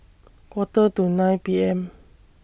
Quarter to nine P M